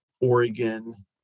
Oregon